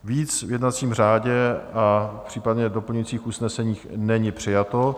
Víc v jednacím řádě a v případných doplňujících usneseních není přijato.